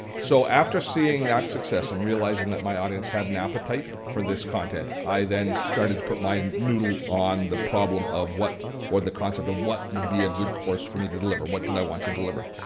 so after seeing that success and realizing that my audience had an appetite for this content, i then started to put my noodle on the problem of what the concept of what would be a good course for me to deliver. what did i want to deliver?